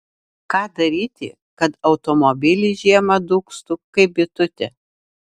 ką daryti kad automobilis žiemą dūgztų kaip bitutė